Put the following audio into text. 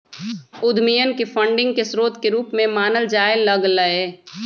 उद्यमियन के फंडिंग के स्रोत के रूप में मानल जाय लग लय